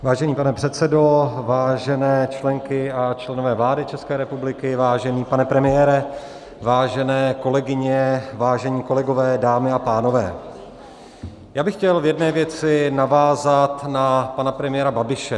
Vážený pane předsedo, vážené členky a členové vlády ČR, vážený pane premiére, vážené kolegyně, vážení kolegové, dámy a pánové, já bych chtěl v jedné věci navázat na pana premiéra Babiše.